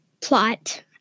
Plot